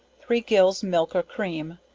three gills milk or cream,